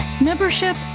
Membership